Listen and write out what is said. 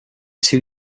two